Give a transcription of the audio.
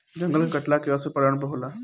जंगल के कटला के असर पर्यावरण पर होला